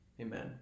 Amen